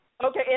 Okay